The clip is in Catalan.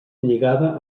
lligada